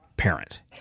parent